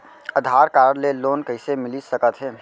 आधार card ले loan कइसे मिलिस सकत हे?